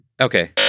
Okay